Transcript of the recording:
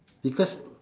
because